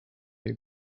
wir